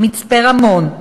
מצפה-רמון,